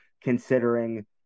considering